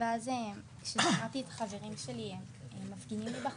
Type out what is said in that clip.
ואז כששמעתי את החברים שלי מפגינים מבחוץ,